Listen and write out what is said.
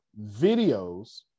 videos